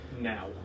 now